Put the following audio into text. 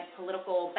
political